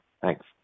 Thanks